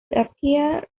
appear